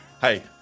Hey